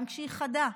גם כשהם חדים.